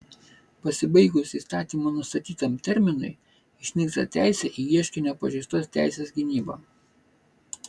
pasibaigus įstatymo nustatytam terminui išnyksta teisė į ieškinio pažeistos teisės gynybą